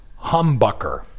humbucker